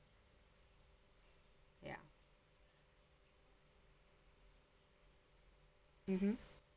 ya mmhmm